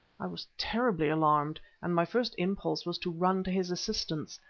i was terribly alarmed, and my first impulse was to run to his assistance,